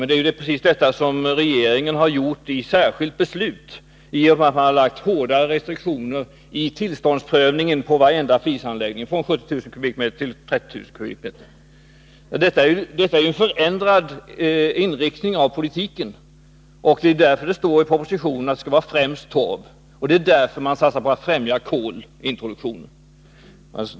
Det är precis detta som regeringen har gjort i ett särskilt beslut genom att införa hårda restriktioner i tillståndsprövningen för varenda flisanläggning från 70 000 till 30 000 m?. Detta är en förändrad inriktning av politiken, och det är därför det står i propositionen att stödet skall gälla anläggningar som har byggts för att eldas med främst torv. Och det är därför som man satsar på att främja kolintroduktionen.